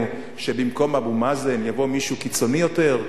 שבמקום אבו מאזן יבוא מישהו קיצוני יותר,